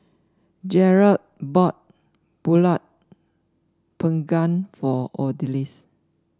Jerrold bought pulut Panggang for Odalis